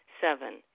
Seven